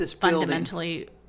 fundamentally